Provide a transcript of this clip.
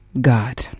God